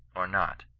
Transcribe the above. or not.